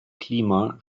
klima